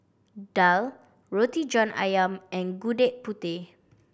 daal Roti John Ayam and Gudeg Putih